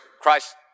Christ